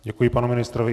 Děkuji panu ministrovi.